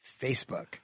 Facebook